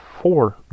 four